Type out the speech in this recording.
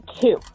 Two